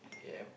yup